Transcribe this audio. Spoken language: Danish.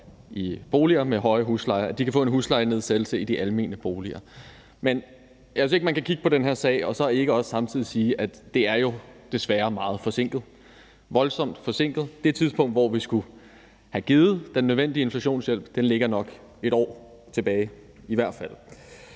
i boliger med høje huslejer. De kan få en huslejenedsættelse i de almene boliger. Men jeg synes ikke, at man kan kigge på den her sag og så ikke også samtidig sige, at det jo desværre er meget forsinket. Det er voldsomt forsinket. Det tidspunkt, hvor vi skulle have givet den nødvendige inflationshjælp, ligger nok i hvert fald